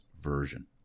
version